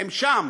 הם שם,